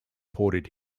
ported